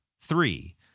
Three